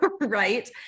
right